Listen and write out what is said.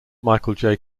michael